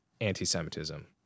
anti-Semitism